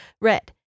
red